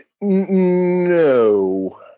No